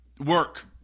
work